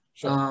sure